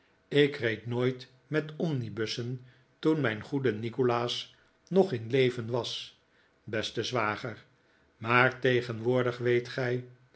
ik reed nooit met omnibussen toen mijn goede nikolaas nog in leven was beste zwager maar tegenwoordig weet gij